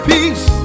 Peace